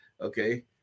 okay